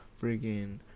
freaking